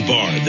Bar